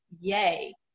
Yay